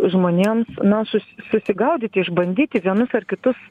žmonėms na susi susigaudyti išbandyti vienus ar kitus